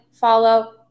follow